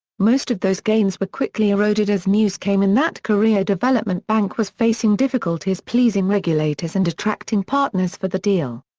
most of those gains were quickly eroded as news came in that korea development bank was facing difficulties pleasing regulators and attracting partners for the deal.